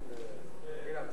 מסתפק.